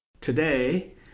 Today